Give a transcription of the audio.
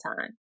time